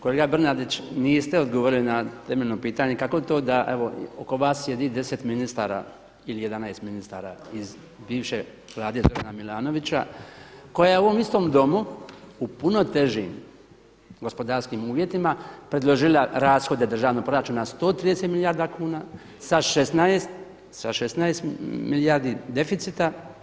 Kolega Bernardić, niste odgovorili na temeljno pitanje kako to da evo oko vas sjedi 10 ministara ili 11 ministara iz bivše Vlade Zorana Milanovića koja je u ovom istom Domu u puno težim gospodarskim uvjetima predložila rashode državnog proračuna na 130 milijarda kuna sa 16 milijardi deficita?